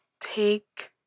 take